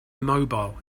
immobile